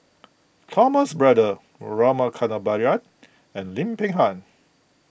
Thomas Braddell Rama Kannabiran and Lim Peng Han